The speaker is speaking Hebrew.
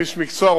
כאיש מקצוע,